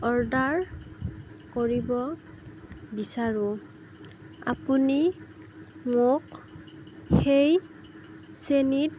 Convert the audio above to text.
order কৰিব বিচাৰোঁ আপুনি মোক সেই শ্ৰেণীত